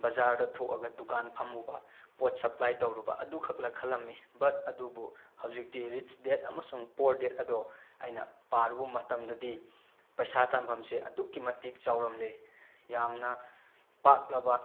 ꯕꯖꯥꯔꯗ ꯊꯣꯛꯑꯒ ꯗꯨꯀꯥꯟ ꯐꯝꯃꯨꯕ ꯄꯣꯠ ꯁꯞꯄ꯭ꯂꯥꯏ ꯇꯧꯔꯨꯕ ꯑꯗꯨꯈꯛꯂ ꯈꯜꯂꯝꯃꯤ ꯕꯠ ꯑꯗꯨꯕꯨ ꯍꯧꯖꯤꯛꯇꯤ ꯔꯤꯁ ꯗꯦꯠ ꯑꯃꯁꯨꯡ ꯄꯣꯔ ꯗꯦꯠ ꯑꯗꯣ ꯑꯩꯅ ꯄꯥꯔꯨꯕ ꯃꯇꯝꯗꯗꯤ ꯄꯩꯁꯥ ꯇꯥꯟꯐꯝꯁꯦ ꯑꯗꯨꯛꯀꯤ ꯃꯇꯤꯛ ꯆꯥꯎꯔꯝꯂꯦ ꯌꯥꯝꯅ ꯄꯥꯛꯂꯕ